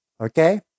Okay